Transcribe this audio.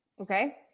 okay